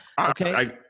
okay